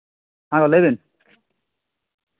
ᱦᱮᱸ ᱞᱟᱹᱭ ᱵᱤᱱ